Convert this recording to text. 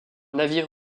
navire